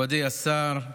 מכובדי השר,